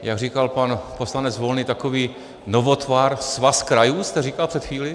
Jak říkal pan poslanec Volný, takový novotvar svaz krajů jste říkal před chvílí?